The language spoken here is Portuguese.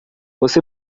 você